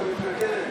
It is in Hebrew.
ואתה מתנכל להן.